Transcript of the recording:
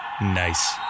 Nice